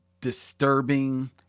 disturbing